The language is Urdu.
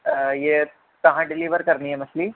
یہ کہاں ڈیلیور کرنی ہے مچھلی